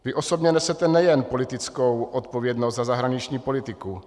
Vy osobně nesete nejen politickou odpovědnost za zahraniční politiku.